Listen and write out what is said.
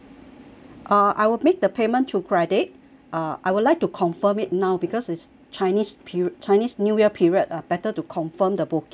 uh I will make the payment through credit uh I would like to confirm it now because it's chinese period chinese new year period ah better to confirm the booking